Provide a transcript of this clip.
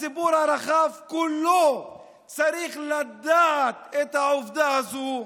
הציבור הרחב כולו צריך לדעת את העובדה הזאת.